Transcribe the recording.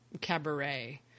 Cabaret